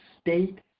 state